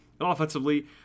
offensively